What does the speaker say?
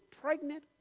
pregnant